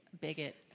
bigot